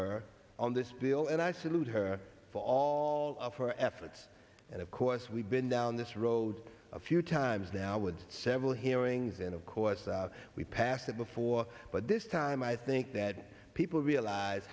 her on this bill and i salute her for all of our efforts and of course we've been down this road a few times now would several hearings and of course we passed it before but this time i think that people realize